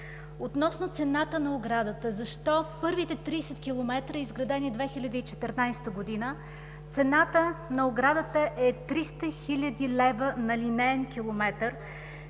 Относно цената на оградата, защо за първите 30 км, изградени през 2014 г., цената на оградата е 300 хил. лв. на линеен километър